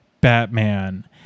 Batman